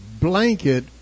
blanket